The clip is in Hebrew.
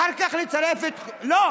אחר כך נצרף את ------ לא.